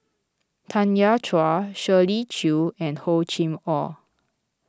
Tanya Chua Shirley Chew and Hor Chim or